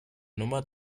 nummer